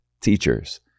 teachers